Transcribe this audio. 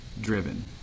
driven